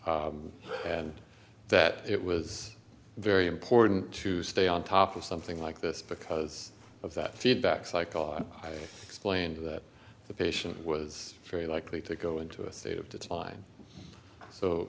infection and that it was very important to stay on top of something like this because of that feedback cycle i explained that the patient was very likely to go into a state of the time so